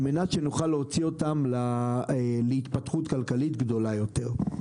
על מנת שנוכל להוציא אותן להתפתחות כלכלית גדולה יותר.